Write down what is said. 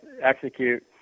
execute